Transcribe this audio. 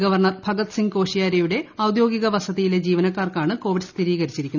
governor Bhagat Singh കോഷിയാരിയുടെ ഔദ്യോഗിക വസതിയിലെ ജീവനക്കാർക്കാണ് കോവിഡ് സ്ഥിരീകരിച്ചിരിക്കുന്നത്